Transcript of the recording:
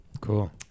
cool